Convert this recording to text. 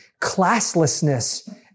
classlessness